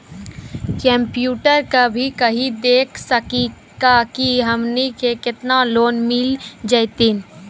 Computer सा भी कही देख सकी का की हमनी के केतना लोन मिल जैतिन?